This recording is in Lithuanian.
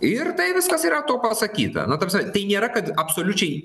ir tai viskas yra tuo pasakyta na ta prasme tai nėra kad absoliučiai